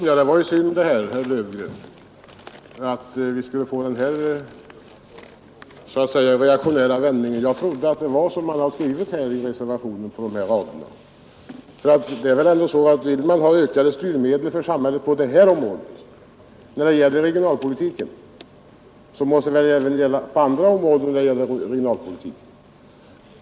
Herr talman! Det var synd, herr Löfgren, att vi skulle få den här så att säga reaktionära vändningen. Jag trodde att det var som man har skrivit i reservationen på de här raderna. Vill man ha ökade styrmedel för samhället på detta område av regionalpolitiken, måste det väl även gälla på andra områden av regionalpolitiken.